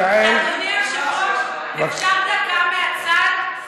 אדוני היושב-ראש, אפשר דקה מהצד?